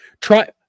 try